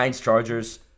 Chargers